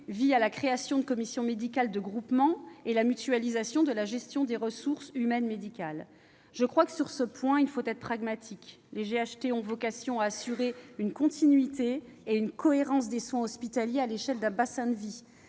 GHT la création de commissions médicales de groupement et la mutualisation de la gestion des ressources humaines médicales. Sur ce point, il convient d'être pragmatique : les GHT ont vocation à assurer une continuité et une cohérence des soins hospitaliers à l'échelle d'un bassin de vie.